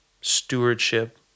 stewardship